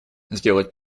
сделать